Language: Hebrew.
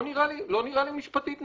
זה לא נראה לי נכון משפטית.